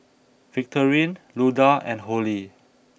Victorine Luda and Holly